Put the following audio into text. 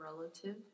relative